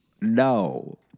no